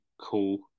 cool